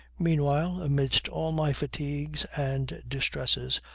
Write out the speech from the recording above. meanwhile, amidst all my fatigues and distresses,